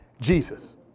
Jesus